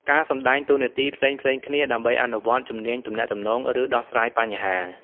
ការសម្តែងតួនាទីផ្សេងៗគ្នា ដើម្បីអនុវត្តជំនាញទំនាក់ទំនង ឬដោះស្រាយបញ្ហា។